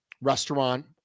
restaurant